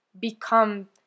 become